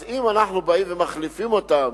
אז אם אנחנו באים ומחליפים אותם,